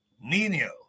Nino